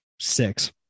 six